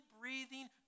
breathing